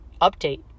update